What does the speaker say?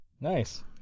Nice